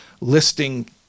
listing